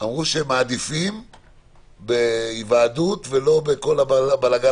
אמרו שהם מעדיפים היוועדות ולא את כל הבלגן